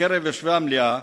בקרב יושבי המליאה,